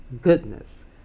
goodness